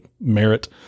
merit